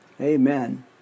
Amen